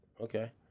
Okay